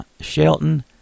shelton